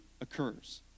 occurs